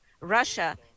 russia